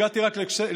הגעתי רק לכסייפה,